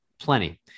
plenty